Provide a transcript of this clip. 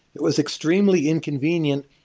it was extremely inconvenient,